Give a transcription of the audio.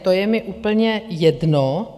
To je mi úplně jedno.